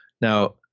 Now